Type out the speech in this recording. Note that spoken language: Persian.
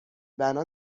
بنا